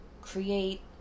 create